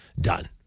Done